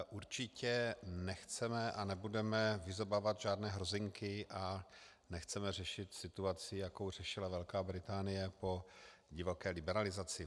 Určitě nechceme a nebudeme vyzobávat žádné hrozinky a nechceme řešit situaci, jakou řešila Velká Británie po divoké liberalizaci.